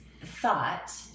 thought